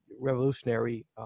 revolutionary